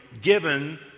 given